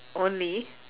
only